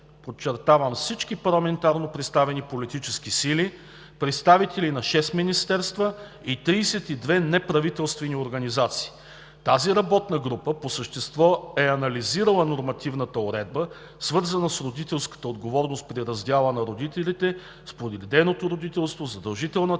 подчертавам – всички парламентарно представени политически сили, представители на шест министерства и 32 неправителствени организации. Тази работна група по същество е анализирала нормативната уредба, свързана с родителската отговорност при раздяла на родителите, споделеното родителство, задължителната